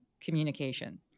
communication